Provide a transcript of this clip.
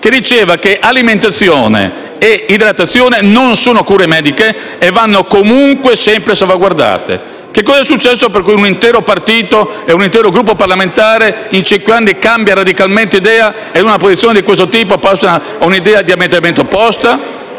il quale l'alimentazione e l'idratazione non sono cure mediche e vanno comunque sempre salvaguardate. Mi chiedo cosa sia successo se un intero partito e un intero Gruppo parlamentare in cinque anni ha cambiato radicalmente idea e, da una posizione di questo tipo, è passato a un'idea diametralmente opposta.